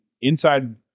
inside